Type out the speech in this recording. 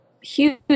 huge